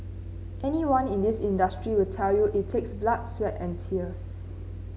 anyone in this industry will tell you it takes blood sweat and tears